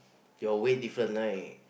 your way different right